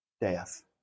death